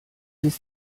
ist